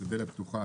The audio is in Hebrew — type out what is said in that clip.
זה דלת פתוחה,